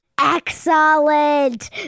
Excellent